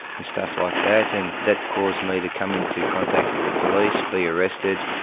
and stuff like that, and that caused me to come into contact with the police, be arrested,